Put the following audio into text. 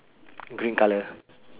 green colour